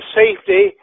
safety